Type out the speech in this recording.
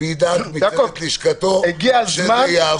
ידאג עם צוות לשכתו שזה יעבור.